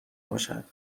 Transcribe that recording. باشد